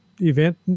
event